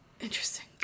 Interesting